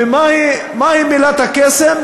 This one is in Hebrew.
ומהי מילת הקסם?